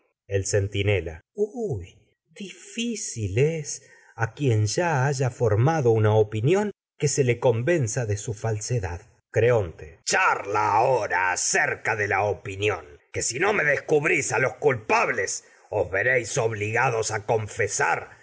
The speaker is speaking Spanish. es centinela huy difícil se que a quien haya formado una opinión charla le convenza acerca de de su falsedad creonte si no ahora la opinión que me descubrís a los culpables os veréis obligados a confesar